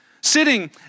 sitting